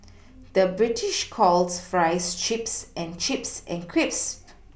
the British calls Fries Chips and Chips and Crisps